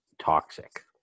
toxic